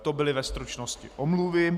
To byly ve stručnosti omluvy.